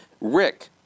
Rick